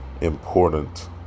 important